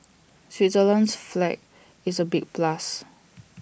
Switzerland's flag is A big plus